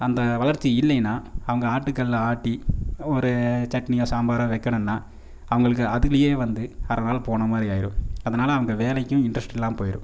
அந்த வளர்ச்சி இல்லைன்னா அவங்க ஆட்டுக்கலில் ஆட்டி ஒரு சட்னியோ சாம்பாரோ வைக்கணுன்னா அவங்களுக்கு அதிலயே வந்து அரை நாள் போன மாதிரி ஆகிரும் அதனால் அவங்க வேலைக்கும் இன்ட்ரெஸ்ட் இல்லாமல் போயிடும்